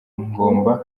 ngomba